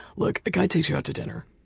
look, a guy takes you out to dinner.